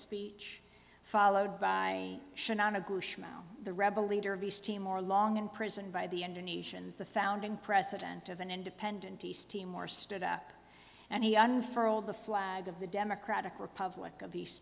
speech followed by the rebel leader of east timor long imprisoned by the indonesian as the founding president of an independent east timor stood up and he unfurled the flag of the democratic republic of east